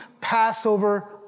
Passover